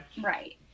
Right